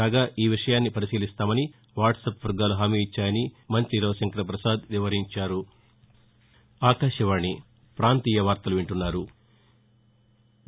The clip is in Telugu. కాగా ఈ విషయాన్ని పరిశీలిస్తామని వాట్సప్ వర్గాలు హామీఇచ్చాయని మంతి రవిశంకర ప్రపసాద్ వివరించారు